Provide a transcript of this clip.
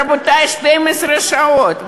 רבותי, 12 שעות.